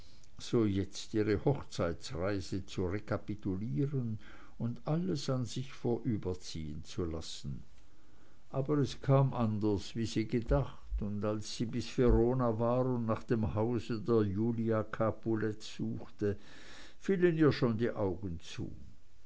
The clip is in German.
so jetzt ihre hochzeitsreise zu rekapitulieren und alles an sich vorüberziehen zu lassen aber es kam anders wie sie gedacht und als sie bis verona war und nach dem hause der julia capulet suchte fielen ihr schon die augen zu